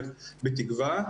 בתקווה,